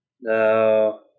No